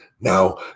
Now